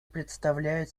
представляют